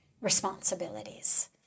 responsibilities